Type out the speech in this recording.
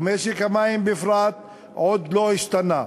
ומשק המים בפרט, עוד לא השתנה.